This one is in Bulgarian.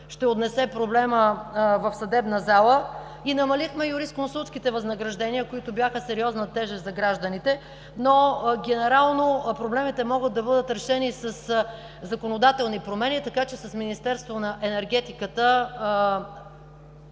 ще отнесе проблема в съдебна зала. Намалихме и юрисконсултските възнаграждения, които бяха сериозна тежест за гражданите. Генерално обаче проблемите могат да бъдат решени със законодателни промени, така че в условията на работна